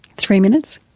three minutes?